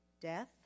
death